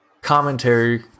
commentary